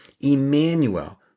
Emmanuel